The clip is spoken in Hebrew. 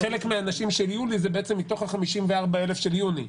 חלק מהאנשים של יולי הם מתוך 54,000 של יוני.